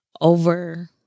over